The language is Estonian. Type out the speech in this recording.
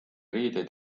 riideid